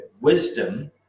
wisdom